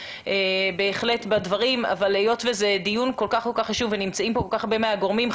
היות וזה דיון כל כך חשוב ונמצאים כאן הרבה מהגורמים,